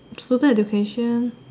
student education